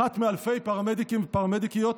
אחת מאלפי פרמדיקים ופרמדיקיות,